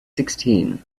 sixteen